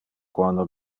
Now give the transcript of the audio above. quando